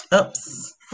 Oops